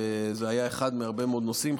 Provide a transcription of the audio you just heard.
וזה היה אחד מהרבה מאוד נושאים.